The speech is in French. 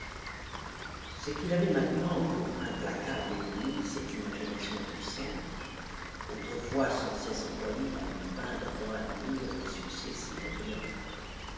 c'est qu'il avait maintenant pour implacable ennemie cette imagination puissante autrefois sans cesse employée à lui peindre dans l'avenir des succès si brillants